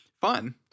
Fun